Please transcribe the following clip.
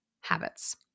Habits